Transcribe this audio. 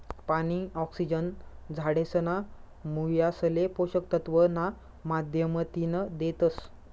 पानी, ऑक्सिजन झाडेसना मुयासले पोषक तत्व ना माध्यमतीन देतस